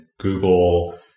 Google